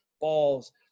balls